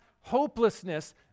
hopelessness